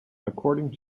according